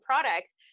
products